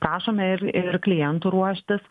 prašome ir ir klientų ruoštis